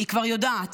היא כבר יודעת,